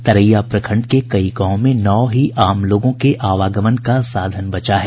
तरैया प्रखंड के कई गांवों में नाव ही लोगों के आवागमन का साधन बचा है